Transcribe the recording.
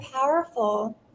powerful